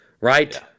right